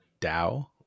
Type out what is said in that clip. DAO